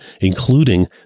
including